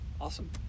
Awesome